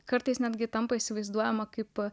kartais netgi tampa įsivaizduojama kaip